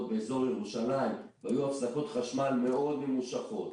באזור ירושלים והיו הפסקות חשמל מאוד ממושכות,